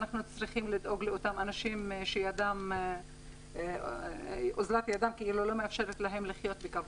ואנחנו צריכים לדאוג לאותם אנשים שידם אינה משגת לחיות בכבוד.